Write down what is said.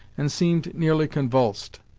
and seemed nearly convulsed.